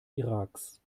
iraks